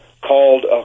called